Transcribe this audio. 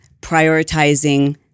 prioritizing